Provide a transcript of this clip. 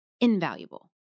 invaluable